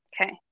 Okay